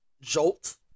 Jolt